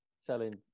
Selling